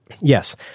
yes